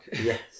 yes